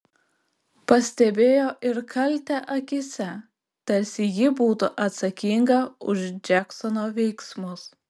pastebėjo ir kaltę akyse tarsi ji būtų atsakinga už džeksono veiksmus